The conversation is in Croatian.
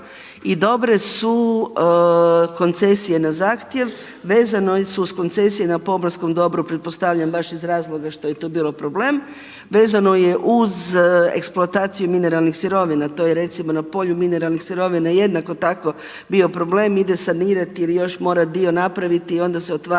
I dobre su koncesije na zahtjev. Vezane su uz koncesije na pomorskom dobru pretpostavljam baš iz razloga što je to bio problem. Vezano je uz eksploataciju mineralnih sirovina. To je recimo na polju mineralnih sirovina jednako tako bio problem, ide sanirati ili još mora dio napraviti i onda se otvara